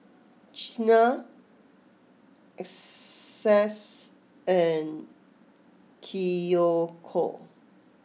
Qiana Essex and Kiyoko